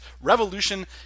revolution